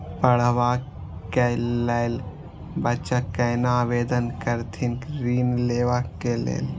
पढ़वा कै लैल बच्चा कैना आवेदन करथिन ऋण लेवा के लेल?